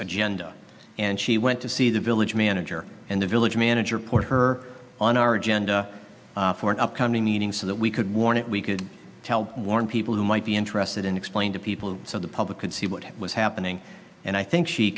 agenda and she went to see the village manager and the village manager poured her on our agenda for an upcoming meeting so that we could warn it we could help warn people who might be interested in explain to people so the public could see what was happening and i think she